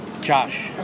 Josh